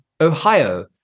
Ohio